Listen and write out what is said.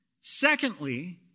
Secondly